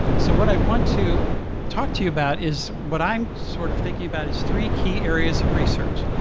so what i want to talk to you about is what i'm sort of thinking about is three key areas of research.